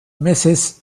mrs